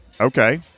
Okay